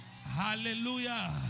Hallelujah